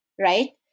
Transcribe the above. right